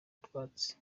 utwatsi